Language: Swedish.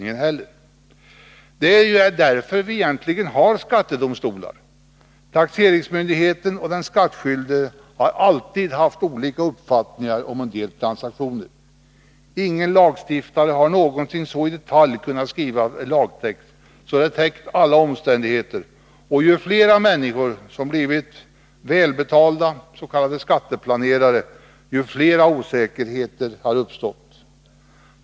Det är ju egentligen därför som vi har skattedomstolar. Taxeringsmyndigheten och den skattskyldige har alltid haft olika uppfattningar om en del transaktioner. Ingen lagstiftare har någonsin så i detalj kunnat skriva lagtext att den täckt alla omständigheter. Ju fler människor som blivit välbetalda skatteplanerare, desto fler osäkerhetsmoment har uppstått.